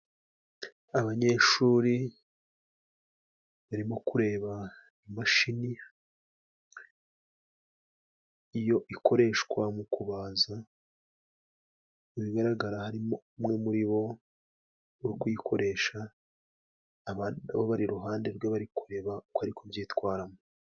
Abanyeshuri barimo kureba imashini ikoreshwa mu kubaza. Mubigaragara harimo umwe muri bo uri kuyikoresha, abandi nabo bari iruhande rwe, bari kureba uko ari kubyitwaramo.